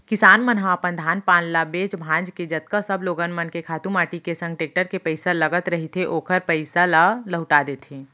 किसान मन ह अपन धान पान ल बेंच भांज के जतका सब लोगन मन के खातू माटी के संग टेक्टर के पइसा लगत रहिथे ओखर पइसा ल लहूटा देथे